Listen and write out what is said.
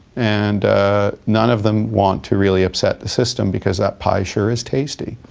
and none of them want to really upset the system, because that pie sure is tasty.